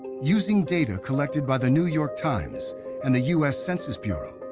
using data collected by the new york times and the u s. census bureau,